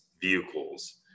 vehicles